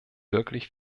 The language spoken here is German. wirklich